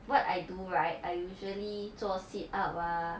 what I do right I usually 做 sit up ah